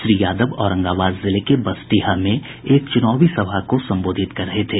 श्री यादव औरंगाबाद जिले के बसडीहा में एक चुनावी सभा को संबोधित कर रहे थे